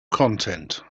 content